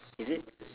is it